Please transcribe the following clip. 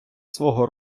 свого